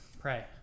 Pray